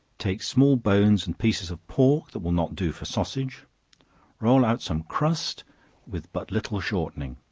take small bones and pieces of pork that will not do for sausage roll out some crust with but little shortening